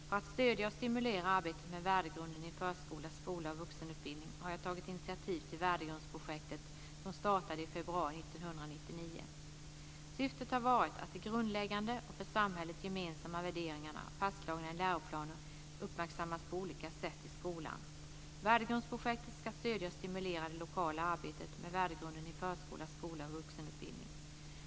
För att stödja och stimulera arbetet med värdegrunden i förskola, skola och vuxenutbildning har jag tagit initiativ till Värdegrundsprojektet, som startade i februari 1999. Syftet har varit att de grundläggande och för samhället gemensamma värderingarna, fastslagna i läroplaner, uppmärksammas på olika sätt i skolan. Värdegrundsprojektet ska stödja och stimulera det lokala arbetet med värdegrunden i förskola, skola och vuxenutbildning.